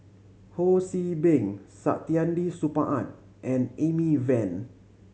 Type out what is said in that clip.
Ho See Beng Saktiandi Supaat and Amy Van